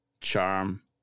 charm